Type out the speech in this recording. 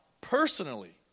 personally